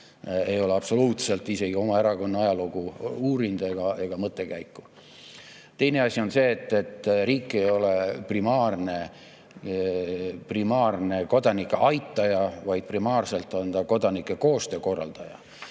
ei ole absoluutselt isegi oma erakonna ajalugu ja mõttekäiku uurinud. Teine asi on see, et riik ei ole primaarne kodanike aitaja, vaid primaarselt on ta kodanike koostöö korraldaja.